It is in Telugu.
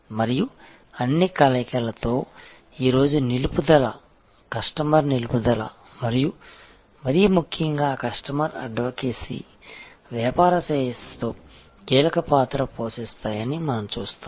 మరియు అన్ని కలయికలలో ఈ రోజు నిలుపుదలరిటెన్షన్ కస్టమర్ నిలుపుదల మరియు మరీ ముఖ్యంగా కస్టమర్ అడ్వకెసి వ్యాపార శ్రేయస్సులో కీలక పాత్ర పోషిస్తాయని మనం చూస్తాము